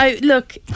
look